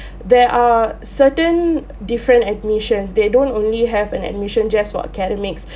there are certain different admissions they don't only have an admission just for academics